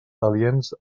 aliens